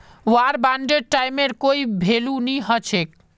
वार बांडेर टाइमेर कोई भेलू नी हछेक